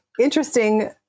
interesting